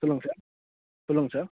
சொல்லுங்கள் சார் சொல்லுங்கள் சார்